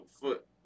foot